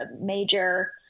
major